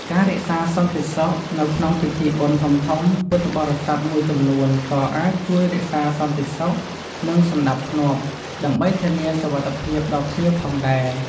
ការផ្ដល់សេវាបឋម ប្រសិនបើមានភ្ញៀវមានបញ្ហាសុខភាពបន្តិចបន្តួច ពួកគាត់អាចផ្ដល់សេវាបឋម ឬជួយសម្របសម្រួលទៅកាន់មន្ទីរពេទ្យបើសិនចាំបាច់។